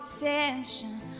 attention